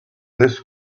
this